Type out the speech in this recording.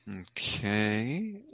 Okay